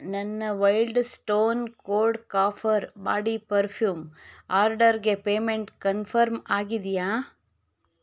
ನನ್ನ wild stone code copper body perfume ಆರ್ಡರ್ಗೆ payment confirm ಆಗಿದೆಯಾ